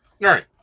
right